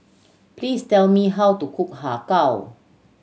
please tell me how to cook Har Kow